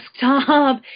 desktop